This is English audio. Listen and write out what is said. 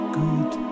good